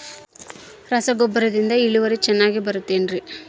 ರಸಗೊಬ್ಬರದಿಂದ ಇಳುವರಿ ಚೆನ್ನಾಗಿ ಬರುತ್ತೆ ಏನ್ರಿ?